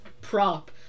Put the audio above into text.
prop